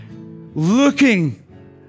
looking